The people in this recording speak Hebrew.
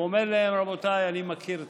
הוא אומר להם: רבותיי, אני מכיר אתכם.